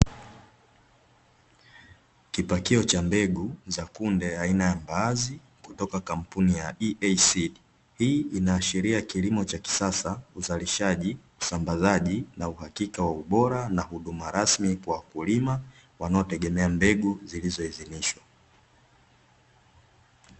Kipakio cha mbegu aina ya mbaazi kutoka kampuni ya "EAC" hii inaashiria kilimo cha kisasa, uzalishaji, usambasaji, uhakika wa ubora na huduma rasmi kwa wakulima wanaotengemea mbegu zilizoidhinishwa.